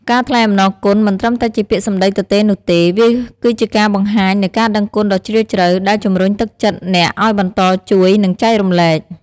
ការថ្លែងអំណរគុណមិនត្រឹមតែជាពាក្យសម្ដីទទេនោះទេ វាគឺជាការបង្ហាញនូវការដឹងគុណដ៏ជ្រាលជ្រៅ ដែលជំរុញទឹកចិត្តអ្នកឱ្យបន្តជួយ និងចែករំលែក។